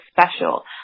special